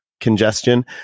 congestion